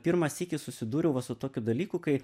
pirmą sykį susidūriau va su tokiu dalyku kai